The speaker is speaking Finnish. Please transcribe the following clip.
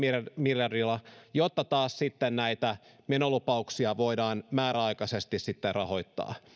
miljardilla jotta näitä menolupauksia voidaan määräaikaisesti rahoittaa